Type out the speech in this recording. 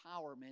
empowerment